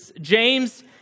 James